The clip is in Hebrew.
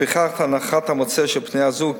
לפיכך הנחת המוצא של פנייה זו,